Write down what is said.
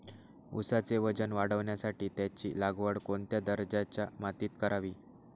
ऊसाचे वजन वाढवण्यासाठी त्याची लागवड कोणत्या दर्जाच्या मातीत करावी?